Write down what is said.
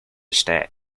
step